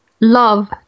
love